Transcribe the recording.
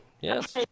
Yes